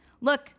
look